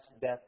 death